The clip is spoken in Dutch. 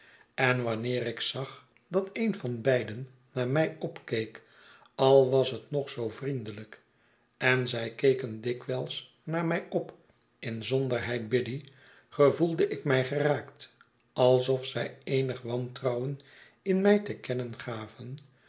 en wanneer ik zag dat een van beiden naar mij opkeek al was het nog zoo vriendelijk en zij keken dikwijls naar mij op inzonderheid biddy gevoelde ik mij geraakt alsof zij eenig wantrouwen in mij te kennen gaven